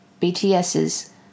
BTS's